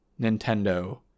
Nintendo